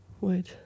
Wait